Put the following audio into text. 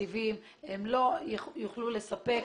בתקציבים הם לא יוכלו לספק